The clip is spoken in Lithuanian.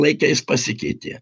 laikais pasikeitė